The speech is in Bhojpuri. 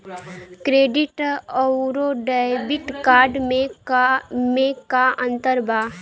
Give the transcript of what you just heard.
क्रेडिट अउरो डेबिट कार्ड मे का अन्तर बा?